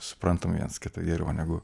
suprantam viens kitą geriau negu